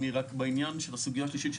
רק בעניין של הסוגיה השלישית,